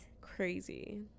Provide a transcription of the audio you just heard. Crazy